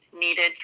needed